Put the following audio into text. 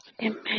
Amen